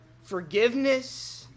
forgiveness